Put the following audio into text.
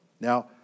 Now